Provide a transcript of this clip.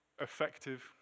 effective